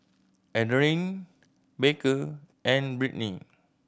Adriene Baker and Brittni